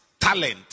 talent